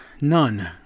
None